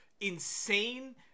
insane